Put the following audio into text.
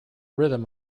rhythm